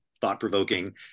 thought-provoking